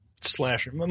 slasher